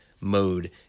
mode